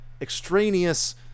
extraneous